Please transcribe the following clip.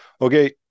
okay